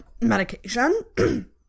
medication